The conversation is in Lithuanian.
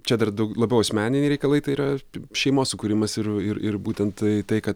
čia dar daug labiau asmeniniai reikalai tai yra šeimos sukūrimas ir ir ir būtent tai kad